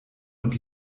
und